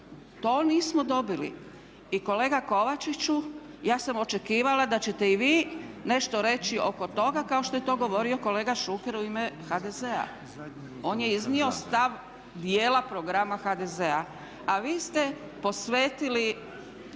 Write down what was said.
To nismo dobili. I kolega Kovačiću, ja sam očekivala da ćete i vi nešto reći oko toga kao što je to govorio kolega Šuker u ime HDZ-a. On je iznio stav dijela programa HDZ-a, a vi ste posvetili